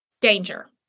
Danger